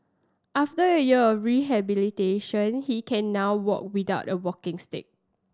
after a year of rehabilitation he can now walk without a walking stick